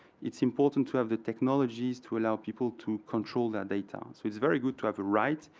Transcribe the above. it's important to have the technologies to allow people to control that data. um so it's very good to have a right,